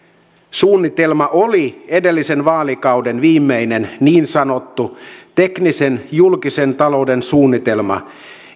suunnitelma oli edellisen vaalikauden viimeinen niin sanottu tekninen julkisen talouden suunnitelma